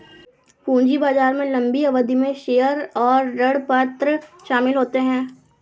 पूंजी बाजार में लम्बी अवधि में शेयर और ऋणपत्र शामिल होते है